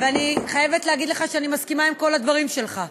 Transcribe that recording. ואני חייבת להגיד לך שאני מסכימה עם כל הדברים שלך.